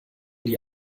die